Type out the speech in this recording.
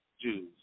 Jews